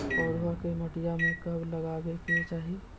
पौधवा के मटिया में कब लगाबे के चाही?